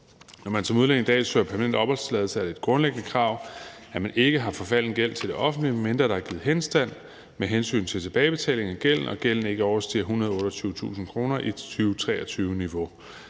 Når man som udlænding i dag søger permanent opholdstilladelse, er det et grundlæggende krav, at man ikke har forfalden gæld til det offentlige, medmindre der er givet henstand med hensyn til tilbagebetaling af gælden og gælden ikke overstiger 128.000 kr. i 2023-niveau.